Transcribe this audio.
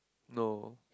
no